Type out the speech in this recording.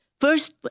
First